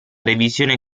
revisione